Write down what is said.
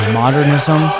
modernism